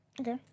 Okay